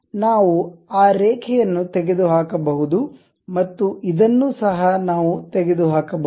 ನಾವು ಆ ರೇಖೆಯನ್ನು ತೆಗೆದುಹಾಕಬಹುದು ಮತ್ತು ಇದನ್ನು ಸಹ ನಾವು ತೆಗೆದುಹಾಕಬಹುದು